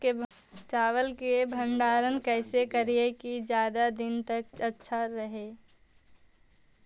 चावल के भंडारण कैसे करिये की ज्यादा दीन तक अच्छा रहै?